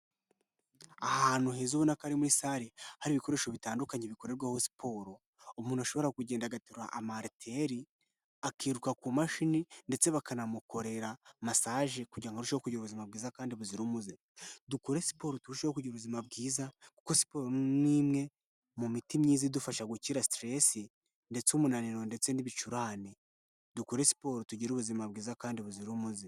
Ahantu heza ko ari muri sare hari ibikoresho bitandukanye bikorerwaho siporo, umuntu ashobora kugenda agaterura amariteri, akiruka ku mashini ndetse bakanamukorera masaje kugira ngo arusheho kugira ubuzima bwiza kandi buzira umuze. Dukore siporo turusheho kugira ubuzima bwiza kuko siporo ni imwe mu miti myiza idufasha gukira siteresi ndetse umunaniro ndetse n'ibicurane, dukore siporo tugire ubuzima bwiza kandi buzira umuze.